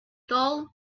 dull